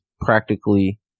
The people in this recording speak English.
practically